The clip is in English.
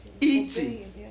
Eating